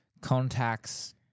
contacts